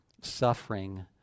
Suffering